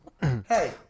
Hey